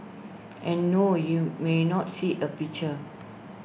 and no you may not see A picture